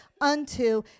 unto